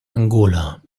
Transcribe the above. angola